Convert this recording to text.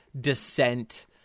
descent